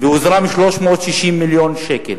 והוזרמו 360 מיליון שקל.